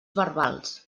verbals